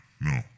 no